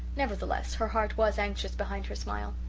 nevertheless her heart was anxious behind her smile.